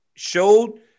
Showed